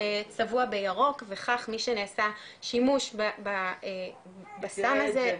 צבוע בירוק וכך משנעשה שימוש בסם הזה,